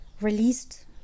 released